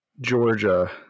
Georgia